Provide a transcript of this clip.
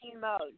mode